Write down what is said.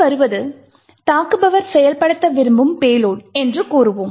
பின்வருவது தாக்குபவர் செயல்படுத்த விரும்பும் பேலோட் என்று கூறுவோம்